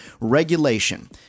Regulation